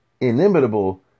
inimitable